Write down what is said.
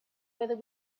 whether